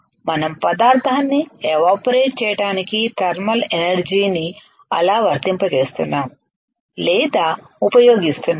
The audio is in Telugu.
మనం పదార్థాన్ని ఎవాపరేట్ చేయటానికి థర్మల్ ఎనర్జీ ని అలా వర్తింప చేస్తున్నాము లేదా ఉపయోగిస్తున్నాము